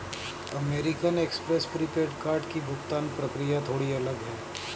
American Express prepaid card की भुगतान प्रक्रिया थोड़ी अलग है